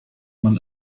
man